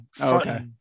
Okay